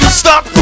stop